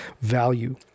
value